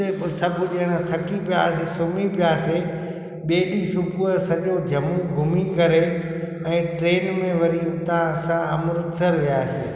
हुते पोइ सभु ॼणा थकी पियासीं सूम्हीं पियासीं ॿिए ॾींहुं सुबुह जो सॼो जम्मू घुमीं करे ऐं ट्रेन मे वरी हुतां असां अमृतसर वियासीं